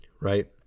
right